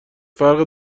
فرق